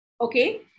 Okay